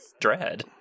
Dread